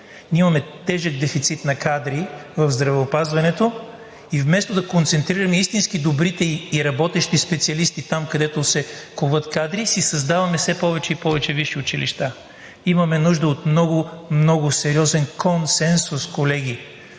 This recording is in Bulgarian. Ние имаме тежък дефицит на кадри в здравеопазването и вместо да концентрираме истински добрите и работещите специалисти там, където се коват кадри, си създаваме все повече и повече висши училища. Имаме нужда от много, много сериозен консенсус, колеги